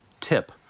Tip